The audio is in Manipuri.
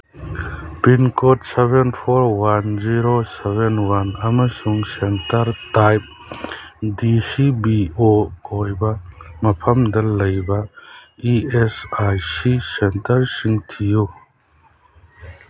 pincode seven four one zero seven one ꯑꯃꯁꯨꯡ centre type D C B O ꯑꯣꯏꯕ ꯃꯐꯝ ꯂꯩꯕ ꯏ ꯑꯦꯁ ꯑꯥꯏ ꯁꯤ ꯁꯦꯟꯇꯔꯁꯤꯡ ꯊꯤꯌꯨ